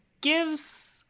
gives